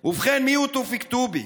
"ובכן: מיהו תופיק טובי?